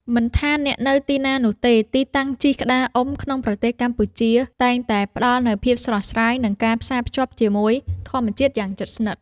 មិនថាអ្នកនៅទីណានោះទេ ទីតាំងជិះក្តារអុំក្នុងប្រទេសកម្ពុជាតែងតែផ្ដល់នូវភាពស្រស់ស្រាយ និងការផ្សារភ្ជាប់ជាមួយធម្មជាតិយ៉ាងជិតស្និទ្ធ។